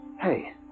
Hey